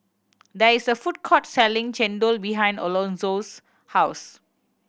there is a food court selling chendol behind Alonzo's house